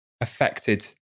affected